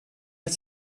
att